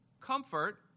comfort